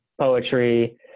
poetry